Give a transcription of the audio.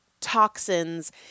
toxins